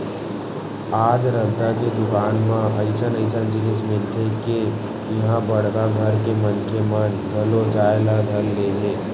आज रद्दा के दुकान म अइसन अइसन जिनिस मिलथे के इहां बड़का घर के मनखे मन घलो जाए ल धर ले हे